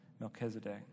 Melchizedek